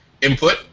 input